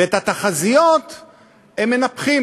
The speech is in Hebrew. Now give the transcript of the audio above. ואת התחזיות הם מנפחים.